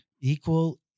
Equal